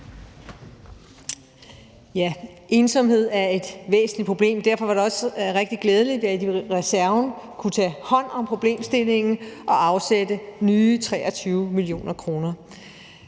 Tak. Ensomhed er et væsentligt problem. Derfor var det også rigtig glædeligt, at man i reserven kunne tage hånd om problemstillingen og afsætte nye 23 mio. kr.